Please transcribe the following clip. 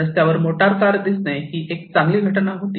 रस्त्यावर मोटारकार दिसणे ही एक चांगली घटना होती